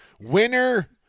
Winner